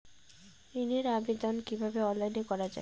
ঋনের আবেদন কিভাবে অনলাইনে করা যায়?